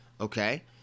Okay